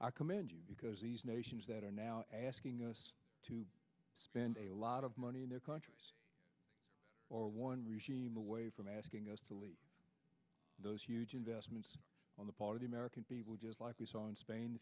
i commend you because these nations that are now asking us to spend a lot of money in their country or one regime away from asking us to leave those huge investments on the part of the american people just like we saw in spain